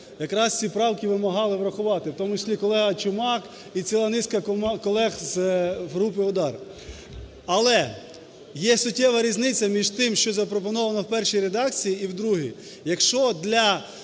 якраз ці правки вимагала врахувати, в тому числі колега Чумак і ціла низка колег з групи "УДАР". Але є суттєва різниця між тим, що запропоновано в першій редакції і в другій,